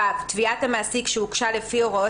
(ו)תביעת המעסיק שהוגשה לפי הוראות